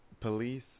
police